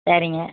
சரிங்க